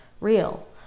real